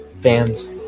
fans